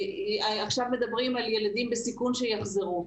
עכשיו מדברים על ילדים בסיכון שיחזרו.